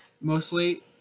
mostly